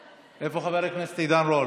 איפה חבר הכנסת עידן רול?